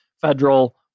federal